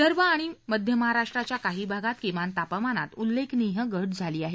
विदर्भ आणि मध्य महाराष्ट्राच्या काही भागात किमान तापमानात उल्लेखनीय घट झाली आहे